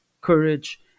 courage